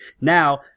now